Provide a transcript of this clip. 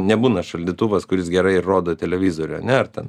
nebūna šaldytuvas kuris gerai rodo televizorių ane ar ten